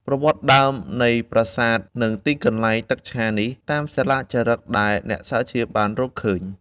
ប្រវត្តិដើមនៃប្រាសាទ និងទីកន្លែងទឹកឆានេះ តាមសិលាចារឹកដែល អ្នកស្រាវជ្រាវបានរកឃើញ